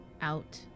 out